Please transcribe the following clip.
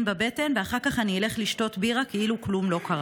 בבטן ואחר כך אני אלך לשתות בירה כאילו כלום לא קרה.